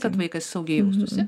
kad vaikas saugiai jaustųsi